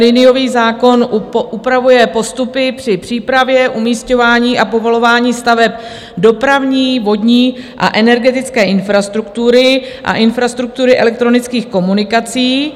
Liniový zákon upravuje postupy při přípravě umisťování a povolování staveb dopravní, vodní a energetické infrastruktury a infrastruktury elektronických komunikací.